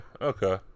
Okay